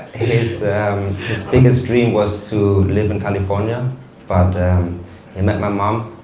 his his biggest dream was to live in california but he met my mom,